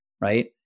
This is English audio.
right